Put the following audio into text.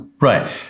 Right